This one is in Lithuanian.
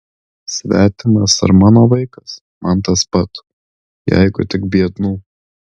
svetimas ar mano vaikas man tas pat jeigu tik biednų